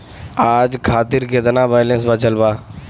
आज खातिर केतना बैलैंस बचल बा?